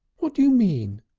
what do you mean?